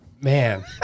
Man